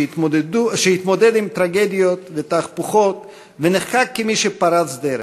שהתמודד עם טרגדיות ותהפוכות ונחקק כמי שפרץ דרך.